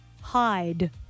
Hide